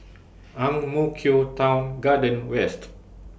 Ang Mo Kio Town Garden West